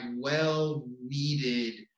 well-needed